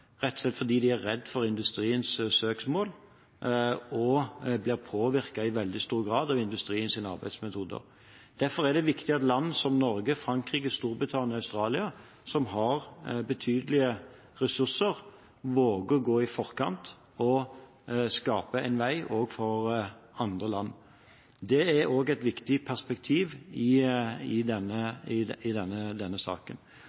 rett og slett fordi de er redd for industriens søksmål og blir påvirket i veldig stor grad av industriens arbeidsmetoder. Derfor er det viktig at land som Norge, Frankrike, Storbritannia og Australia, som har betydelige ressurser, våger å gå i forkant og skape en vei også for andre land. Det er også et viktig perspektiv i denne saken.